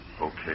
Okay